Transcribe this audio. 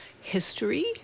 history